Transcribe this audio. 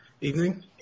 Evening